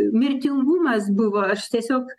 mirtingumas buvo aš tiesiog